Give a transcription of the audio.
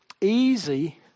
easy